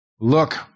Look